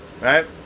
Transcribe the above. right